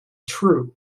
true